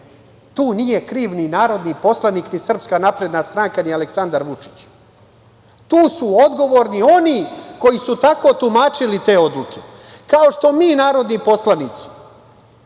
tu nije kriv ni narodni poslanik, ni SNS, ni Aleksandar Vučić, tu su odgovorni oni koji su tako tumačili te odluke. Kao što mi narodni poslanici,